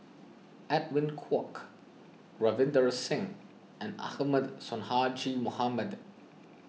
Edwin Koek Ravinder Singh and Ahmad Sonhadji Mohamad